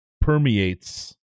permeates